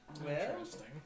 Interesting